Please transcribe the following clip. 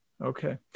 Okay